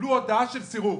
קיבלו הודעה של סירוב.